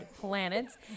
Planets